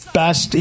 best